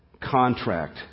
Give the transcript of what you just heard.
contract